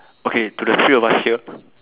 okay to the three of us here